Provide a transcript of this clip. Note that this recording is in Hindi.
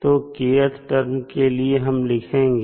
तो kth टर्म के लिए हम लिखेंगे